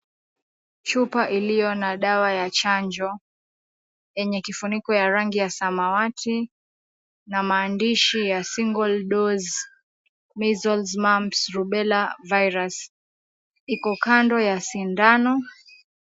Chupa iliyo na dawa ya chanjo, yenye kifuniko cha samawati, na maandishi ya, Single dose Measles, Mumps, Rubella Virus. Iko kando ya sindano.